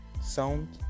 sound